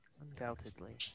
Undoubtedly